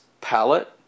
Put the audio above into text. palette